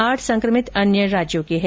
आठ संक्रमित अन्य राज्यों के हैं